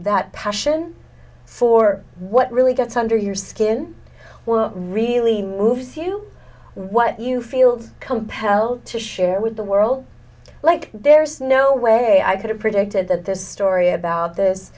that passion for what really gets under your skin well really moves you what you feel compelled to share with the world like there's no way i could have predicted that this story about